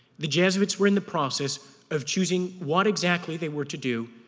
the jesuits were in the process of choosing what exactly they were to do,